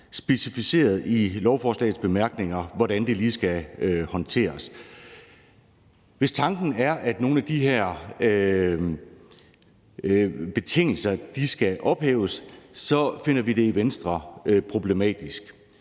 specificeret i lovforslagets bemærkninger, hvordan det lige skal håndteres. Hvis tanken er, at nogle af de her betingelser skal ophæves, finder vi i Venstre det problematisk.